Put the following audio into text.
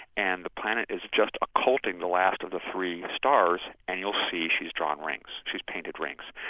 and the planet is just occulting the last of the three stars, and you'll see she's drawn rings. she's painted rings.